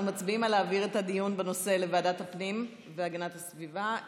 אנחנו מצביעים על להעביר את הדיון בנושא לוועדת הפנים והגנת הסביבה.